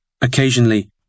Occasionally